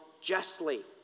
justly